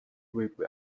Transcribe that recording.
võib